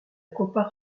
compare